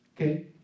okay